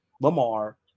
Lamar